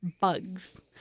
bugs